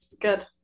Good